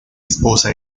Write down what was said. esposa